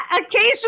Occasionally